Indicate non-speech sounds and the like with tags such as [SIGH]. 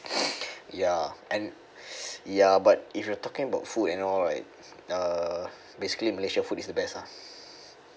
[BREATH] ya and ya but if you are talking about food and all like uh basically malaysia food is the best ah